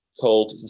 called